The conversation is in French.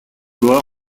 lois